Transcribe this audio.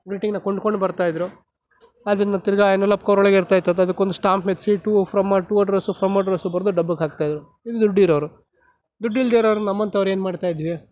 ಗ್ರೀಟಿಂಗನ್ನ ಕೊಂಡ್ಕೊಂಡು ಬರ್ತಾ ಇದ್ದರು ಅದನ್ನು ತಿರ್ಗಾ ಎನ್ವೊಲೊಪ್ ಕವರೊಳಗೆ ಇರ್ತಾಯಿತ್ತು ಅದು ಅದಕ್ಕೊಂದು ಸ್ಟ್ಯಾಂಪ್ ಮೆತ್ತಿಸಿ to from to address from address ಬರೆದು ಡಬ್ಬಕ್ಕೆ ಹಾಕ್ತಾಯಿದ್ರು ಇದು ದುಡ್ಡಿರೋರು ದುಡ್ಡು ಇಲ್ಲದೆ ಇರೋರು ನಮ್ಮಂತವ್ರು ಏನು ಮಾಡ್ತಾಯಿದ್ವಿ